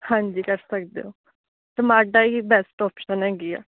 ਹਾਂਜੀ ਕਰ ਸਕਦੇ ਹੋ ਰਮਾਡਾ ਹੀ ਬੈਸਟ ਓਪਸ਼ਨ ਹੈਗੀ ਆ